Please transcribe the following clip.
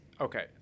okay